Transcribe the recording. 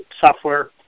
software